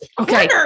Okay